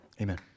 Amen